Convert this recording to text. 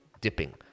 dipping